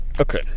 Okay